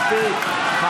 מספיק.